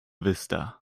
vista